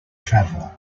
travel